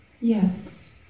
Yes